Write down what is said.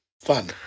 Fun